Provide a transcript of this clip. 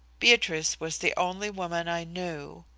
beatrice was the only woman i knew.